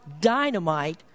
dynamite